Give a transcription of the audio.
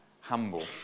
humble